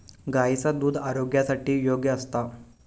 गायीचा दुध आरोग्यासाठी योग्य असता